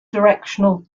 directional